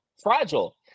fragile